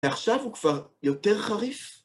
ועכשיו הוא כבר יותר חריף?